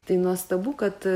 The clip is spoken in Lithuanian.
tai nuostabu kad